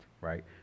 right